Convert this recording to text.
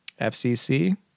FCC